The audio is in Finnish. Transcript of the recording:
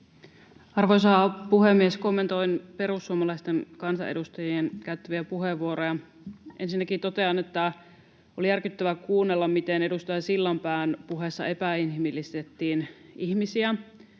Arvoisa puhemies! Kommentoin perussuomalaisten kansanedustajien käyttämiä puheenvuoroja. Ensinnäkin totean, että oli järkyttävää kuunnella, miten edustaja Sillanpään puheessa epäinhimillistettiin ihmisiä.